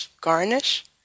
garnish